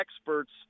experts